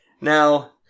Now